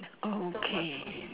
okay